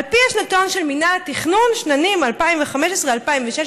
על פי השנתון של מינהל התכנון לשנים 2015 2016,